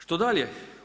Što dalje?